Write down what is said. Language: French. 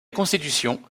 constitution